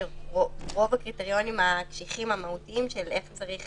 שרוב הקריטריונים הקשיחים המהותיים איך צריך